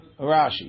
Rashi